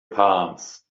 palms